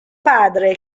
padre